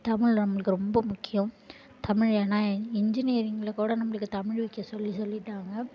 தமிழ் நம்மளுக்கு ரொம்ப முக்கியம் தமிழ் ஏன்னா இன்ஜினியரிங்கில் கூட நம்மளுக்கு தமிழ் வைக்க சொல்லி சொல்லிவிட்டாங்க